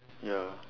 ya